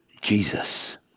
Jesus